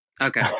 Okay